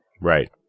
Right